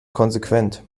konsequent